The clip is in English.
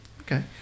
Okay